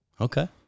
Okay